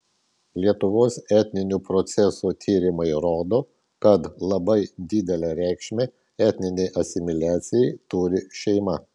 lietuvos etninių procesų tyrimai rodo kad labai didelę reikšmę etninei asimiliacijai turi šeima